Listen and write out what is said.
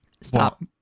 Stop